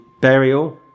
burial